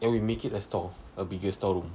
then we make it a store a bigger store room